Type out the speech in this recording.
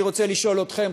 אני רוצה לשאול אתכם,